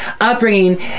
upbringing